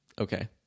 Okay